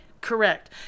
Correct